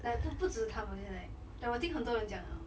like 不不止他们现在 like 我 think 很多人这样 liao